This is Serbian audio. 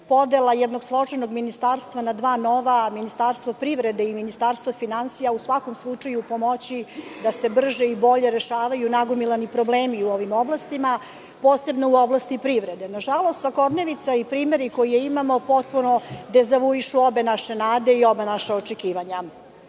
podela jednog složenog ministarstva na dva nova – Ministarstvo privrede i Ministarstvo finansija u svakom slučaju pomoći da se brže i bolje rešavaju nagomilani problemi u ovim oblastima, posebno u oblasti privrede. Nažalost, svakodnevnica i primeri koje imamo potpuno dezavuišu ove naše nade i ova naša očekivanja. Danas